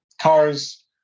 cars